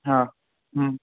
हा